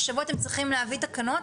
השבוע אתם צריכים להביא תקנות,